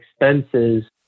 expenses